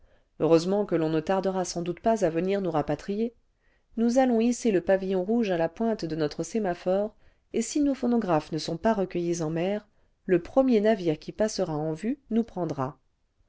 heureusement que l'on ue tardera sans doute pas à venir nous rapatrier nous allons hisser le pavillon rouge à la pointe de notre sémaphore et si nos phonographes ne sont pas recueillis en mer le premier navire qui passera en vue nous prendra